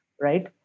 right